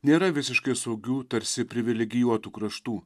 nėra visiškai saugių tarsi privilegijuotų kraštų